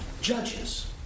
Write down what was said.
judges